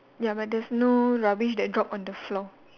ya but there's no rubbish that drop on the floor